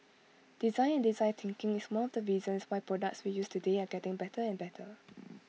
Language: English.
design and design thinking is one of the reasons why products we use today are getting better and better